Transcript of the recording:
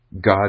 God